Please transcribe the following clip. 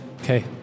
Okay